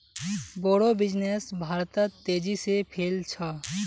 बोड़ो बिजनेस भारतत तेजी से फैल छ